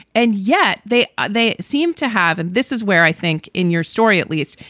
and yet they they seem to have and this is where i think in your story, at least,